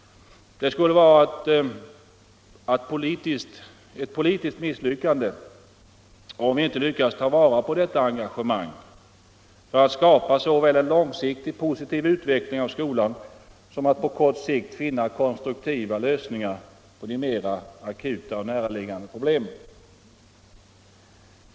Det skulle vara ett politiskt misslyckande om vi inte lyckades ta vara på detta engagemang för att såväl skapa en långsiktig positiv utveckling av skolan som att på kort sikt finna konstruktiva lösningar på de mera akuta problemen.